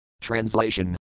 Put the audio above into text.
Translation